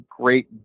great